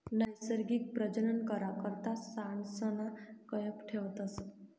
नैसर्गिक प्रजनन करा करता सांडसना कयप ठेवतस